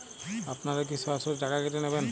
আপনারা কি সরাসরি টাকা কেটে নেবেন?